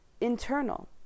internal